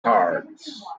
cards